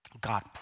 God